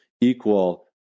equal